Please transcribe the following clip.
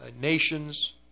nations